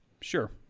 Sure